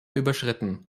überschritten